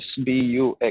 SBUX